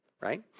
Right